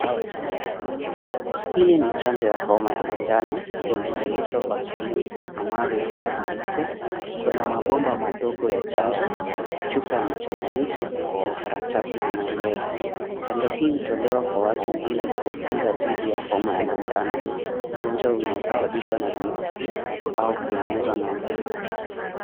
Hili ni chanjo ya homa ya manjano inayoitwa vacine amaril stabilise. Kuna mabomba madogo ya chanjo, chupa ya mchanganyiko na karatasi ya maelezo. Chanjo hii hutolewa kwa watu ili kuwakinga dhidi ya homa ya manjano , ugonjwa unaosababishwa na virusi au kuenezwa na mbu.